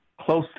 close